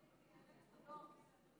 אדוני היושב-ראש,